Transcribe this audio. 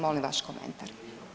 Molim vaš komentar.